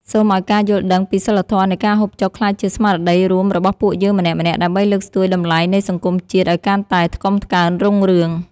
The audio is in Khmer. សូមឱ្យការយល់ដឹងពីសីលធម៌នៃការហូបចុកក្លាយជាស្មារតីរួមរបស់ពួកយើងម្នាក់ៗដើម្បីលើកស្ទួយតម្លៃនៃសង្គមជាតិឱ្យកាន់តែថ្កុំថ្កើងរុងរឿង។